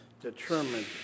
determined